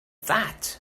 that